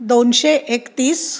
दोनशे एकतीस